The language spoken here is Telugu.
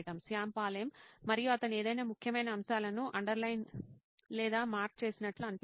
శ్యామ్ పాల్ ఎం మరియు అతను ఏదైనా ముఖ్యమైన అంశాలను అండర్లైన్ లేదా మార్క్ చేసినట్లు అనిపించటం